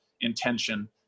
intention